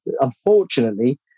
unfortunately